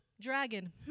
Dragon